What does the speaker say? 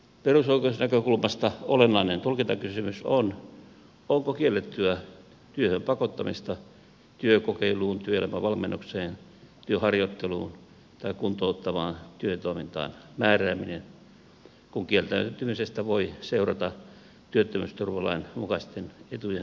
perusoikeusnäkökulmasta olennainen tulkintakysymys on onko kiellettyä työhön pakottamista työkokeiluun työelämävalmennukseen työharjoitteluun tai kuntouttavaan työtoimintaan määrääminen kun kieltäytymisestä voi seurata työttömyysturvalain mukaisten etujen menettäminen työttömyysturvalain mukaisesti